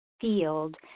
field